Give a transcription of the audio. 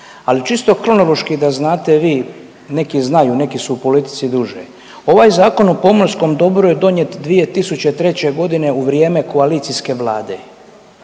Ali čisto kronološki da znate vi, neki znaju, neki su u politici duže, ovaj Zakon o pomorskom dobru je donijet 2003.g. u vrijeme koalicijske Vlade